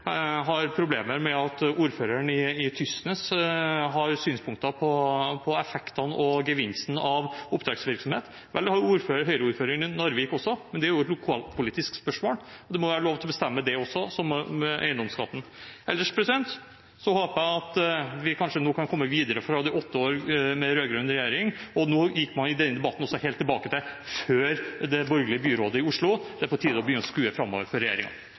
har problemer med at ordføreren i Tysnes har synspunkter på effektene og gevinsten av oppdrettsvirksomhet. Vel, det har Høyre-ordføreren i Narvik også, men det er et lokalpolitisk spørsmål, og det må være lov til å bestemme det også, som med eiendomsskatten. Ellers håper jeg at vi kanskje nå kan komme videre fra det med de åtte årene med rød-grønn regjering, og nå gikk man i denne debatten også helt tilbake til før det borgerlige byrådet i Oslo. Det er på tide å begynne å skue framover for